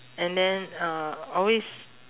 and then uh always